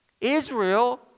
Israel